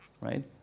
right